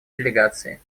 делегации